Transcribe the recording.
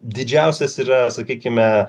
didžiausias yra sakykime